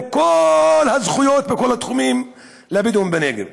כל הזכויות בכל התחומים לבדואים בנגב.